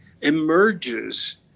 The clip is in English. emerges